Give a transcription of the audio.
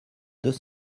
deux